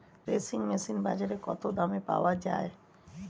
Threshing machine বাজারে কত দামে পাওয়া যায়?